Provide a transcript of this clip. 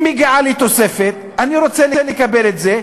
אם מגיעה לי תוספת אני רוצה לקבל אותה,